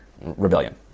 rebellion